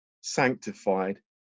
sanctified